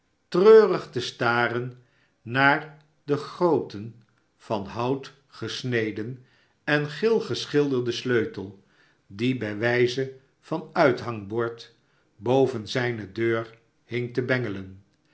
treurig te staren naar den grooten van hout gesneden en geel geschilderden sleutel die bij wijze van uithangbord boven zijne deur hing te bengelen